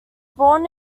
born